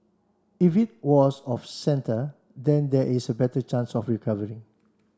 if it was off centre then there is a better chance of recovery